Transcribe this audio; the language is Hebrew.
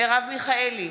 מרב מיכאלי,